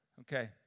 Okay